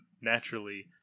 naturally